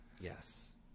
Yes